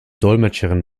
dolmetscherin